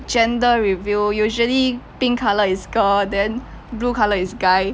gender reveal usually pink colour is girl then blue colour is guy